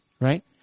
right